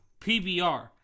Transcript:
PBR